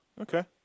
okay